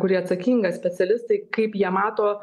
kuri atsakinga specialistai kaip jie mato